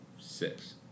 Six